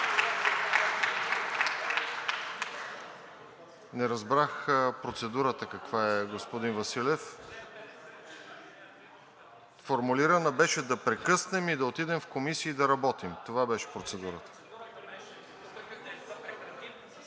Не разбрах процедурата каква е, господин Василев? Формулирана беше: да прекъснем и да отидем в комисии да работим. Това беше процедурата?